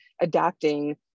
adapting